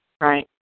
Right